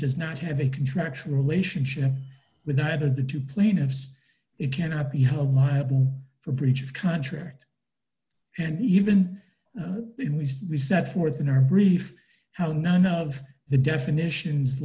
does not have a contractual relationship with either the two plaintiffs it cannot be held liable for breach of contract and even then we set forth in our brief how none of the definitions